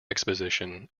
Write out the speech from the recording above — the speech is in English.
exhibition